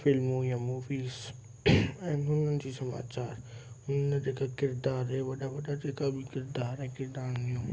फ़िल्मूं या मूवीस आहिनि उन्हनि जी समाचार उन जेके किरिदार वॾा वॾा जेका बि किरिदार ऐं किरिदारनियूं